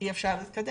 אי אפשר להתקדם.